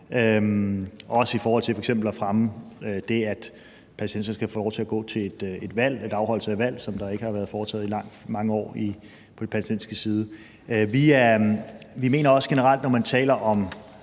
også i forhold til f.eks. at fremme det, at palæstinenserne skal få lov til at gå til valg, altså til afholdelse af valg, som ikke har været foretaget i mange år på den palæstinensiske side. Vi mener også generelt, at når man taler om